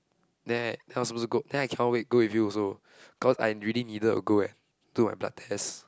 then I then I supposed to go I cannot wait go with you also cause I really needed to go and do my blood test